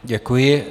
Děkuji.